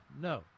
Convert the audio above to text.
No